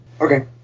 Okay